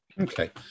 okay